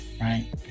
right